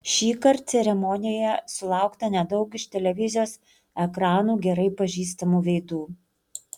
šįkart ceremonijoje sulaukta nedaug iš televizijos ekranų gerai pažįstamų veidų